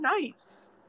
nice